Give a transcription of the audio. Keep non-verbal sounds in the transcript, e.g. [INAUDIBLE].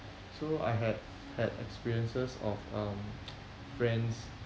so I had had experiences of um [NOISE] friends